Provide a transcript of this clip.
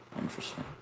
Interesting